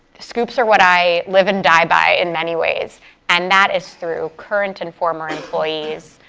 scoops are what i live and die by in many ways and that is through current and former employees,